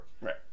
right